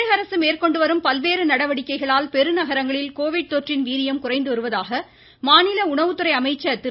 தமிழக அரசு மேற்கொண்டு வரும் பல்வேறு நடவடிக்கைகளால் பெருநகரங்களில் கோவிட் தொற்றின் வீரியம் குறைந்து வருவதாக மாநில உணவுத்துறை அமைச்சர் திரு